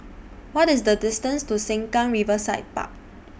What IS The distance to Sengkang Riverside Park